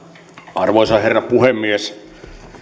arvoisa herra puhemies